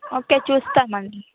okay చూస్తామండి